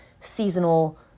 seasonal